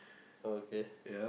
okay